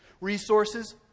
resources